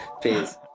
Peace